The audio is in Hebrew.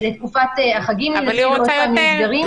לתקופת החגים, אם יהיו סגרים.